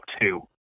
two